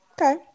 Okay